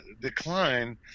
decline